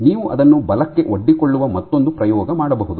ನೀವು ಅದನ್ನು ಬಲಕ್ಕೆ ಒಡ್ಡಿಕೊಳ್ಳುವ ಮತ್ತೊಂದು ಪ್ರಯೋಗ ಮಾಡಬಹುದು